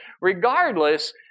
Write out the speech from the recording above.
regardless